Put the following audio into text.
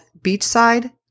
Beachside